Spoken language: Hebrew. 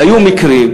והיו מקרים,